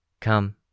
Come